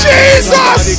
Jesus